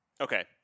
Okay